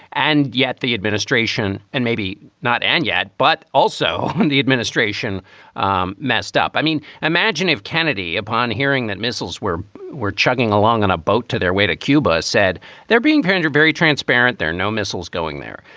and yet the administration and maybe not and yet but also and the administration um messed up. i mean, imagine if kennedy, upon hearing that missiles where were chugging along on a boat to their way to cuba, said they're being parents, very transparent. they're no missiles going there.